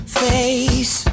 face